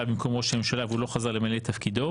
במקום ראש הממשלה והוא לא חזר למלא את תפקידו,